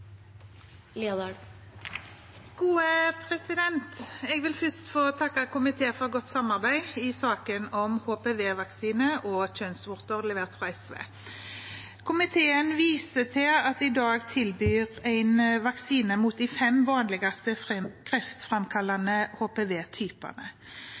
Jeg vil først få takke komiteen for godt samarbeid i saken om HPV-vaksine og kjønnsvorter, levert fra SV. Komiteen viser til at en i dag tilbyr en vaksine mot de fem vanligste